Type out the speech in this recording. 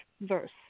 verse